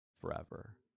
forever